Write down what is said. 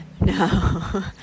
no